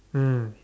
mm